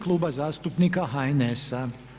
Kluba zastupnika HNS-a.